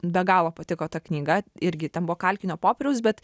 be galo patiko ta knyga irgi ten buvo kalkinio popieriaus bet